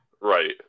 Right